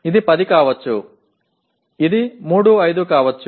ఇది 10 కావచ్చు ఇది 3 5 కావచ్చు